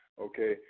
Okay